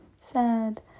sad